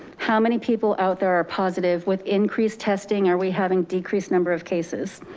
how many people out there are positive, with increased testing are we having decreased number of cases?